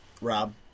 Rob